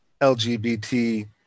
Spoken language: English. LGBT